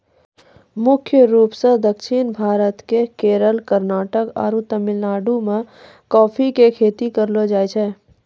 मुख्य रूप सॅ दक्षिण भारत के केरल, कर्णाटक आरो तमिलनाडु मॅ कॉफी के खेती करलो जाय छै